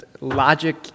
logic